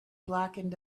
blackened